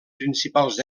principals